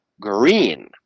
green